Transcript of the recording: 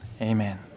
Amen